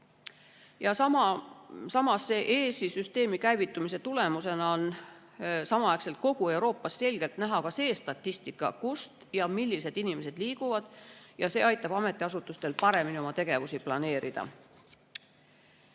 Ja samas on EES-i süsteemi käivitumise tulemusena kogu Euroopas selgelt näha statistika, kust [kuhu] ja millised inimesed liiguvad. See aitab ametiasutustel paremini oma tegevusi planeerida.